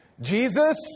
Jesus